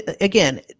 again